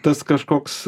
tas kažkoks